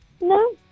no